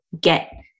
get